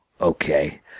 okay